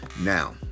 Now